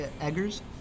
Eggers